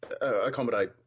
accommodate